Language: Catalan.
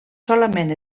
solament